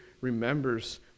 remembers